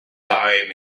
time